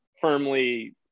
firmly